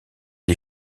est